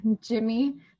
Jimmy